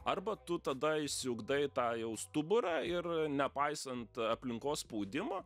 arba tu tada išsiugdai tą jau stuburą ir nepaisant aplinkos spaudimo